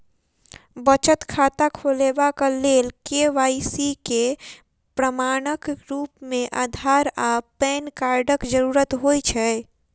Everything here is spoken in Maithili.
बचत खाता खोलेबाक लेल के.वाई.सी केँ प्रमाणक रूप मेँ अधार आ पैन कार्डक जरूरत होइ छै